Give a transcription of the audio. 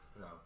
No